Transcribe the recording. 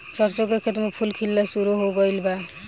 सरसों के खेत में फूल खिलना शुरू हो गइल बा